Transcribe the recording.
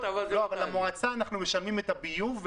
למועצה אנחנו משלמים את הביוב,